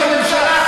אנחנו?